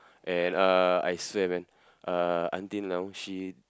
and uh I swear man uh until now she